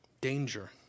danger